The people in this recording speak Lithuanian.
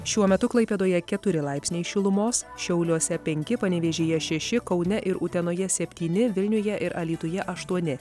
šiuo metu klaipėdoje keturi laipsniai šilumos šiauliuose penki panevėžyje šeši kaune ir utenoje septyni vilniuje ir alytuje aštuoni